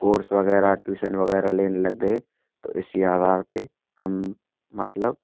course वगैरह tuition वगैरह लेने लग गए तो इसी आधार पर हम मतलब